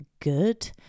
good